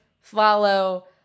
Follow